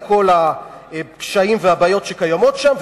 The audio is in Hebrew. על כל הקשיים והבעיות שקיימות שם,